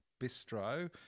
bistro